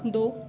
दो